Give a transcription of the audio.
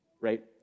right